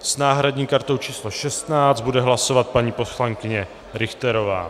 S náhradní kartou číslo 16 bude hlasovat paní poslankyně Richterová.